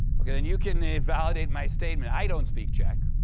well then, you can invalidate my statement. i don't speak czech.